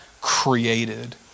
created